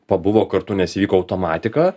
pabuvo kartu nes vyko automatika